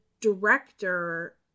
director